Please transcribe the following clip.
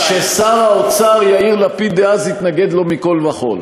כפי ששר האוצר יאיר לפיד דאז התנגד לו מכול וכול,